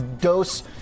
dose